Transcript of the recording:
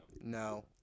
No